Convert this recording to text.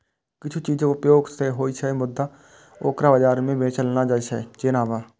किछु चीजक उपयोग ते होइ छै, मुदा ओकरा बाजार मे बेचल नै जाइ छै, जेना हवा